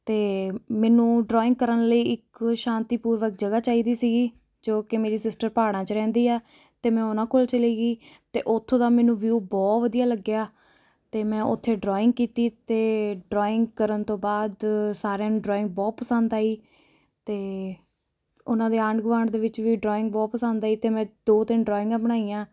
ਅਤੇ ਮੈਨੂੰ ਡਰੋਇੰਗ ਕਰਨ ਲਈ ਇੱਕ ਸ਼ਾਂਤੀਪੂਰਵਕ ਜਗ੍ਹਾ ਚਾਹੀਦੀ ਸੀਗੀ ਜੋ ਕਿ ਮੇਰੀ ਸਿਸਟਰ ਪਹਾੜਾਂ 'ਚ ਰਹਿੰਦੀ ਹੈ ਅਤੇ ਮੈਂ ਉਨ੍ਹਾਂ ਕੋਲ ਚਲੀ ਗਈ ਅਤੇ ਓਥੋਂ ਦਾ ਮੈਨੂੰ ਵਿਊ ਬਹੁਤ ਵਧੀਆ ਲੱਗਿਆ ਅਤੇ ਮੈਂ ਓਥੇ ਡਰੋਇੰਗ ਕੀਤੀ ਅਤੇ ਡਰੋਇੰਗ ਕਰਨ ਤੋਂ ਬਾਅਦ ਸਾਰਿਆਂ ਨੂੰ ਡਰੋਇੰਗ ਬਹੁਤ ਪਸੰਦ ਆਈ ਅਤੇ ਉਨ੍ਹਾਂ ਦੇ ਆਂਢ ਗੁਆਂਢ ਦੇ ਵਿੱਚ ਵੀ ਡਰੋਇੰਗ ਬਹੁਤ ਪਸੰਦ ਆਈ ਅਤੇ ਮੈਂ ਦੋ ਤਿੰਨ ਡਰੋਇੰਗਾਂ ਬਣਾਈਆਂ